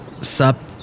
Sup